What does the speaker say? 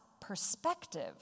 perspective